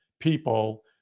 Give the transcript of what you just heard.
people